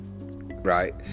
Right